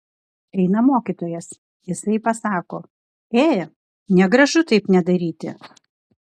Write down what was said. eina mokytojas jisai pasako ė negražu taip nedaryti